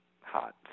hot